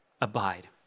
abide